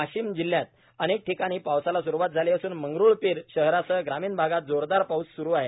वाशिम जिल्ह्यात अनेक ठिकाणी पावसाला सुरुवात झाली असून मंगरुळपिर शहरासह ग्रामीण भागात जोरदार पाऊस स्रू आहे